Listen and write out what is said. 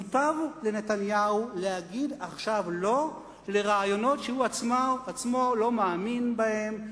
מוטב לנתניהו להגיד עכשיו "לא" לרעיונות שהוא עצמו לא מאמין בהם,